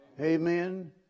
Amen